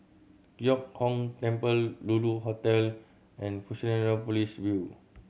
Giok Hong Temple Lulu Hotel and Fusionopolis View